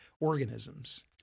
organisms